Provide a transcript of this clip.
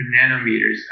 nanometers